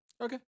Okay